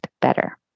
better